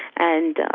and